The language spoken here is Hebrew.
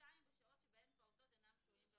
(2)בשעות שבהן פעוטות אינם שוהים במעון.